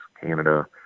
Canada